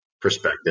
perspective